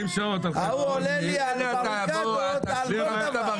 ההוא עולה לי על הבריקדות על כל דבר.